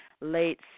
late